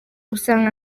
usanga